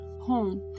home